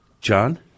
John